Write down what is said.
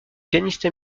pianiste